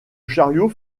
chariot